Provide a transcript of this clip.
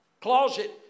Closet